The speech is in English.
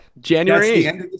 January